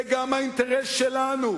זה גם האינטרס שלנו,